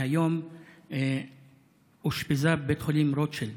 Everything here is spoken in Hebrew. והיום אושפזה בבית החולים רוטשילד,